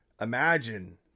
Imagine